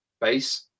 base